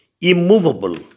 immovable